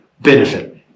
benefit